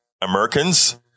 Americans